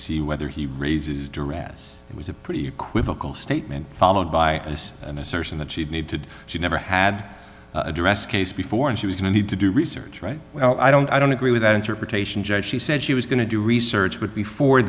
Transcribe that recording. see whether he raises direct as it was a pretty equivocal statement followed by an assertion that she'd need to do she never had a dress case before and she was going to need to do research right well i don't i don't agree with that interpretation judge she said she was going to do research would be for